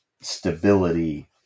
stability